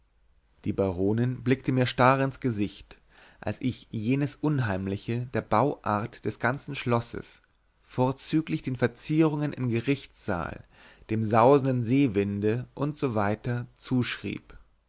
die baronin blickte mir starr ins gesicht als ich jenes unheimliche der bauart des ganzen schlosses vorzüglich den verzierungen im gerichtssaal dem sausenden seewinde u s w zuschrieb